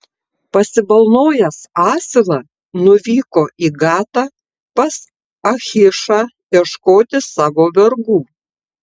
pasibalnojęs asilą nuvyko į gatą pas achišą ieškoti savo vergų